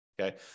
okay